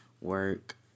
work